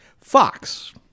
Fox